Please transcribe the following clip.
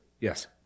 Yes